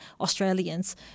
Australians